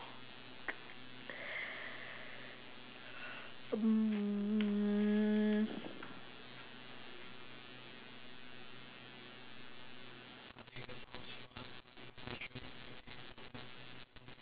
mm